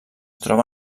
troba